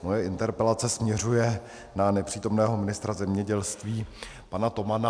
Moje interpelace směřuje na nepřítomného ministra zemědělství pana Tomana.